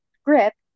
script